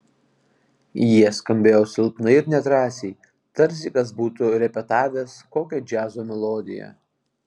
jie skambėjo silpnai ir nedrąsiai tarsi kas būtų repetavęs kokią džiazo melodiją